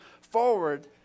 forward